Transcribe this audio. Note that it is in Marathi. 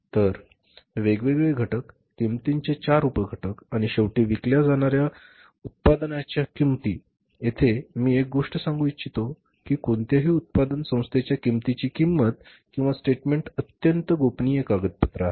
तर वेगवेगळे घटक किंमतीचे चार उप घटक आणि शेवटी विकल्या जाणा product्या उत्पादनाची किंमत येथे मी एक गोष्ट सांगू इच्छितो की कोणत्याही उत्पादन संस्थेच्या किंमतीची किंमत किंवा स्टेटमेंट अत्यंत गोपनीय कागदपत्र आहे